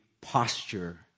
posture